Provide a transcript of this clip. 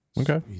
Okay